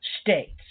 states